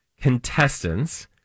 contestants